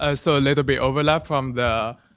ah so little bit overlap from the